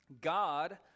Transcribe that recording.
God